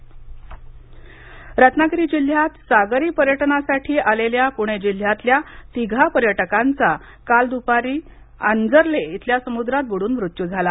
रत्नागिरी रत्नागिरी जिल्ह्यात सागरी पर्यटनासाठी आलेल्या पूणे जिल्ह्यातल्या तिघा पर्यटकांचा काल दुपारी आंजर्ले इथल्या समुद्रात बुडून मृत्यू झाला